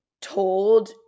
told